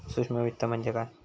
सूक्ष्म वित्त म्हणजे काय?